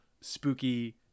spooky